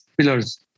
pillars